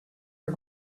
are